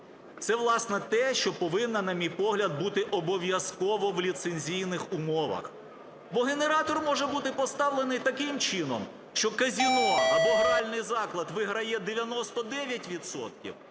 це, власне, те, що повинно, на мій погляд, бути обов'язково в ліцензійних умовах. Бо генератор може бути поставлений таким чином, що казино або гральний заклад виграє 99